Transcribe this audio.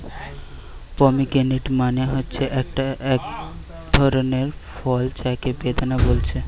pomegranate মানে হচ্ছে একটা ধরণের ফল যাকে বেদানা বলছে